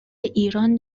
ایران